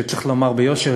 שצריך לומר ביושר,